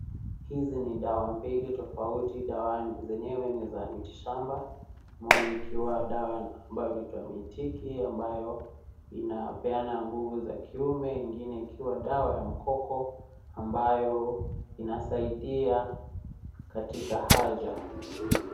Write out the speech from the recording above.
Hizi ni dawa mbili tofauti. Dawa zenyewe ni za miti shamba moja ikiwa dawa ambayo inapeana nguvu za kiume na ingine ikiwa dawa ya mkono ambayo inasaidia katika haja.